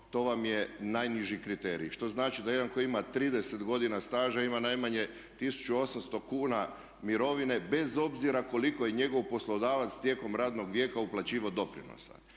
to vam je najniži kriterij. Što znači da netko tko ima 30 godina staža ima najmanje 1800 kn mirovine bez obzira koliko je njegov poslodavac tijekom radnog vijeka uplaćivao doprinosa.